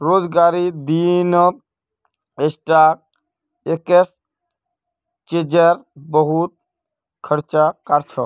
बेरोजगारीर दिनत स्टॉक एक्सचेंजेर बहुत चक्कर काट छ